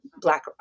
Black